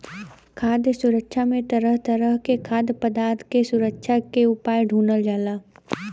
खाद्य सुरक्षा में तरह तरह के खाद्य पदार्थ के सुरक्षा के उपाय ढूढ़ल जाला